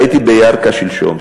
הייתי בירכא שלשום,